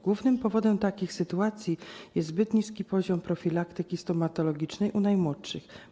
Głównym powodem takich sytuacji jest zbyt niski poziom profilaktyki stomatologicznej u najmłodszych.